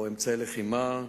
אמצעי לחימה,